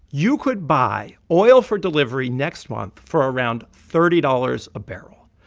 you could buy oil for delivery next month for around thirty dollars a barrel,